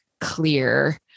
clear